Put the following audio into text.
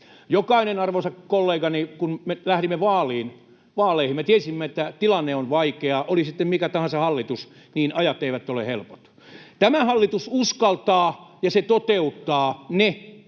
Jokainen arvoisa kollegani, kun me lähdimme vaaleihin, me tiesimme, että tilanne on vaikea: oli sitten mikä tahansa hallitus, niin ajat eivät ole helpot. Tämä hallitus uskaltaa, ja se toteuttaa ne päätökset,